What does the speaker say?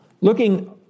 looking